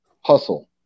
hustle